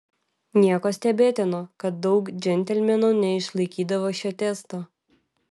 nieko stebėtino kad daug džentelmenų neišlaikydavo šio testo